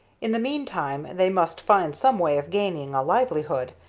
in the meantime they must find some way of gaining a livelihood,